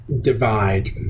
divide